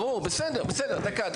ברור בסדר, בסדר, דקה.